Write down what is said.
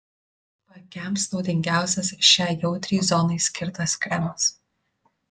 paakiams naudingiausias šiai jautriai zonai skirtas kremas